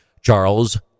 Charles